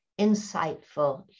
insightful